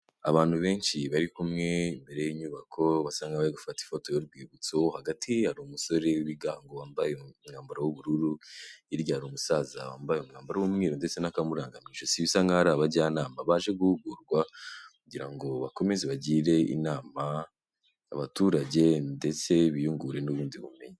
Abantu benshi bari kumwe imbere y'inyubako basa nk'abari gufata ifoto y'urwibutso, hagati hari umusore w'ibigango wambaye umwambaro w'ubururu, hirya hari umusaza wambaye umwambaro w'umweru ndetse n'akamuranga mu ijosi, bisa nkaho ari abajyanama baje guhugurwa, kugira ngo bakomeze bagire inama abaturage ndetse biyungure n'ubundi bumenyi.